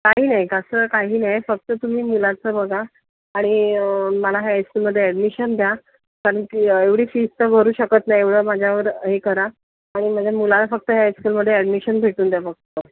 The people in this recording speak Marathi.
काही नाही तसं काही नाही फक्त तुम्ही मुलाचं बघा आणि मला हायस्कूलमध्ये ॲडमिशन द्या कारण की एवढी फीस तर भरू शकत नाही एवढं माझ्यावर हे करा आणि माझ्या मुलाला फक्त ह्या हायस्कूलमध्ये ॲडमिशन भेटून द्या फक्त